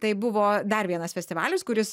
tai buvo dar vienas festivalis kuris